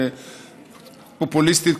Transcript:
פופוליסטית,